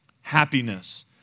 happiness